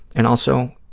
and also,